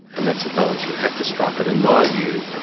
and that's a balance you have to strike, but in my view,